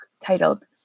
titled